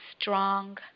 strong